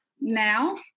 now